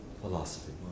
philosophy